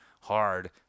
hard